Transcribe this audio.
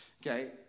Okay